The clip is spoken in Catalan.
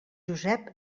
josep